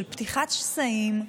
של פתיחת שסעים,